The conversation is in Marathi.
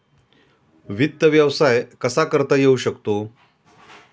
वित्त व्यवसाय कसा करता येऊ शकतो?